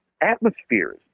atmospheres